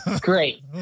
great